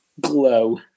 glow